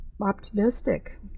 optimistic